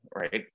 right